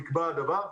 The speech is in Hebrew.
נקבע הדבר,